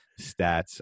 stats